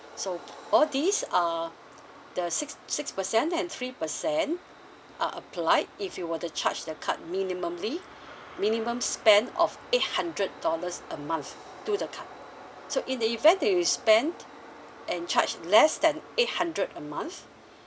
so all these are the six six percent and three percent are applied if you were to charge the card minimumly minimum spend of eight hundred dollars a month to the card so in the event that you spent and charged less than eight hundred a month